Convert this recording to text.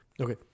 Okay